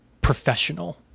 professional